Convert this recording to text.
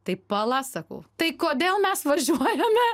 tai pala sakau tai kodėl mes važiuojame